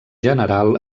general